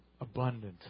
abundant